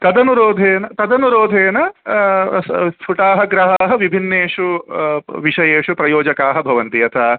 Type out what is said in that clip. तदनुरोधेन तदनुरोधेन स्फुटाः ग्रहाः विभिन्नेषु विषयेषु प्रयोजकाः भवन्ति यथा